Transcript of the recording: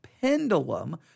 pendulum